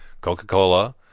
coca-cola